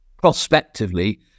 Prospectively